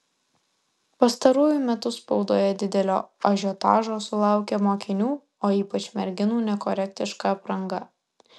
pastaruoju metu spaudoje didelio ažiotažo sulaukia mokinių o ypač merginų nekorektiška apranga